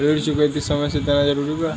ऋण चुकौती समय से देना जरूरी बा?